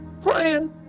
praying